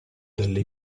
delle